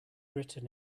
written